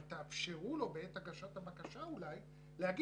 אבל תאפשרו לו בעת הגשת הבקשה אולי לומר